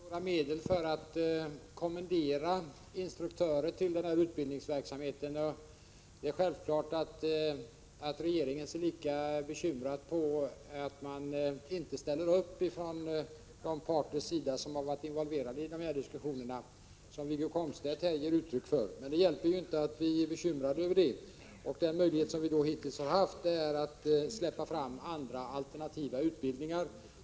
Fru talman! Vi har inte några medel för att kommendera instruktörer till den här utbildningsverksamheten. Det är självklart att regeringen är lika bekymrad som Wiggo Komstedt över att de parter som har varit involverade i de här diskussionerna inte ställer upp. Men det hjälper inte att vi är bekymrade! Den möjlighet vi hittills har haft är att släppa fram andra alternativa utbildningar.